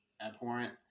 abhorrent